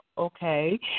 Okay